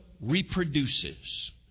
reproduces